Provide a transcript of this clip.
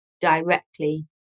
directly